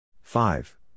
five